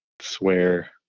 swear